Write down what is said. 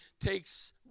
takes